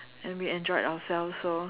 and we enjoyed ourselves so